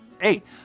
Eight